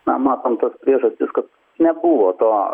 na matom tos priežastys kad nebuvo to